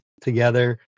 together